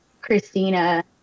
Christina